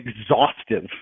exhaustive